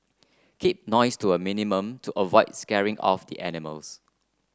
keep noise to a minimum to avoid scaring off the animals